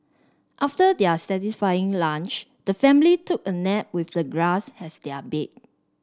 after their satisfying lunch the family took a nap with the grass as their bed